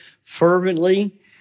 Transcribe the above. fervently